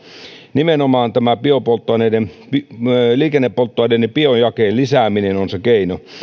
nimenomaan tämä liikennepolttoaineiden biojakeen lisääminen on se keino